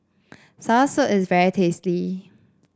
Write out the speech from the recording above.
soursop is very tasty